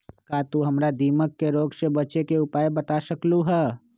का तू हमरा दीमक के रोग से बचे के उपाय बता सकलु ह?